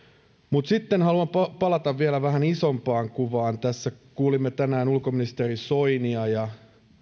mutta sitten haluan palata vielä vähän isompaan kuvaan kuulimme tänään ulkoministeri soinia ja